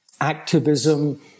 activism